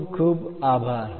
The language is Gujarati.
ખુબ ખુબ આભાર